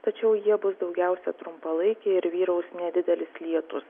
tačiau jie bus daugiausia trumpalaikiai ir vyraus nedidelis lietus